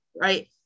Right